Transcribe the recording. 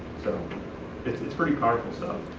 so it's it's pretty powerful stuff.